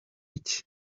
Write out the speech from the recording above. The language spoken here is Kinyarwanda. iki